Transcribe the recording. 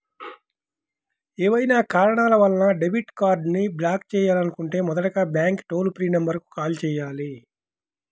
ఏవైనా కారణాల వలన డెబిట్ కార్డ్ని బ్లాక్ చేయాలనుకుంటే మొదటగా బ్యాంక్ టోల్ ఫ్రీ నెంబర్ కు కాల్ చేయాలి